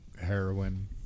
heroin